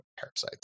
parasites